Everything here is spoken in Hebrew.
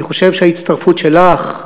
אני חושב שההצטרפות שלך,